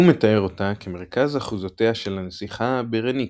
הוא מתאר אותה כמרכז אחוזותיה של הנסיכה ברניקי,